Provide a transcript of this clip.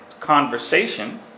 conversation